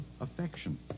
affection